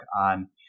on